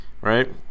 Right